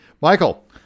Michael